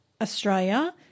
Australia